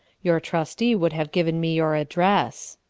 your trustee would have given me your address.